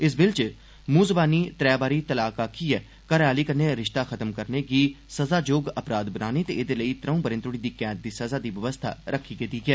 इस बिल च मूंह जबानी त्रै बारी 'तलाक' आक्खिए घरै आली कन्नै रिष्ता खत्म करने गी सजा जोग अपराध बनाने ते एहदे लेई त्रीं ब'रें तोड़ी दी कैद दी सजा दी व्यवस्था रक्खी गेदी ऐ